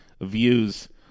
views